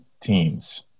teams